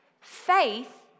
Faith